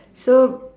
so